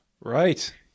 Right